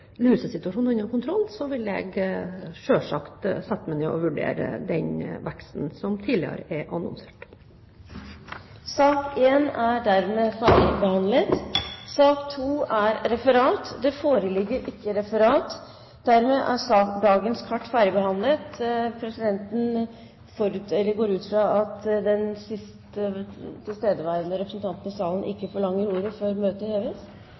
lusesituasjonen er under kontroll, vil jeg selvfølgelig sette meg ned og vurdere den veksten som tidligere er annonsert. Dermed er sak nr. 1 på dagens kart ferdigbehandlet. Det foreligger ikke noe referat. Dermed er dagens kart ferdigbehandlet. Presidenten går ut fra at den siste tilstedeværende representanten i salen ikke forlanger ordet før møtet heves?